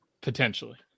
Potentially